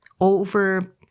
over